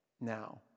now